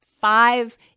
five